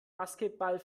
basketball